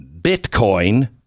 Bitcoin